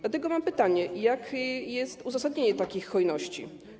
Dlatego mam pytanie: Jakie jest uzasadnienie takiej hojności?